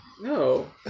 No